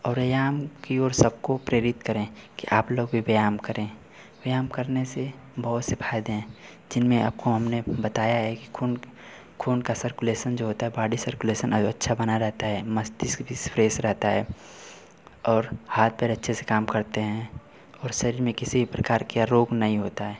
और व्यायाम की और सबको प्रेरित करें कि आप लोग भी व्यायाम करें व्यायाम करने से बहुत से फ़ायदे हैं जिनमें आपको हमने बताया है कि खून खून का सर्कुलेशन जो होता है बॉडी सर्कुलेशन अच्छा बना रहता है मस्तिष्क भी फ़्रेश रहता है और हाथ पैर अच्छे से काम करते हैं और शरीर में किसी प्रकार का रोग नहीं होता है